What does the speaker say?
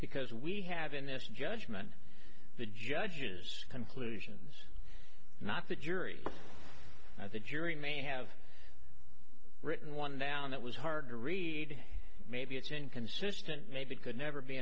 because we have in this judgement the judge's conclusions not the jury that the jury may have written one now and it was hard to read maybe it's inconsistent maybe it could never be